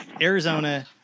Arizona –